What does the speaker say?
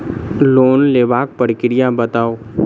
Loan लेबाक प्रक्रिया बताऊ?